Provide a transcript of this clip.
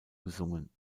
gesungen